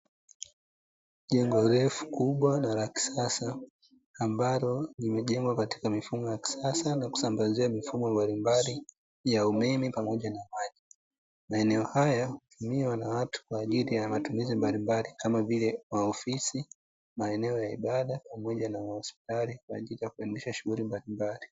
Jengo refu kubwa na la kisasa ambalo limejengwa katika mfumo wa kisasa, wenye kusambazia mifumo mbalimbali ya umeme pamoja na maji. Maeneo hayo hutumiwa na watu katika matumizi mbalimbali kama vile: maeneo ya maofisi, maeneo ya ibada pamoja na mahospitali; kwa ajili ya kuendesha shughuli mbalimbali.